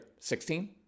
16